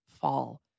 fall